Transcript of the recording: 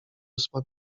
ósma